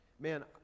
Man